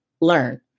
learn